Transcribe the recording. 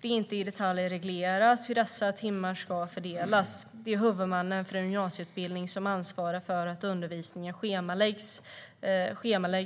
Det är inte i detalj reglerat hur dessa timmar ska fördelas. Det är huvudmannen för en gymnasieutbildning som ansvarar för att undervisningen schemaläggs